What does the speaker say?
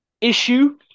issue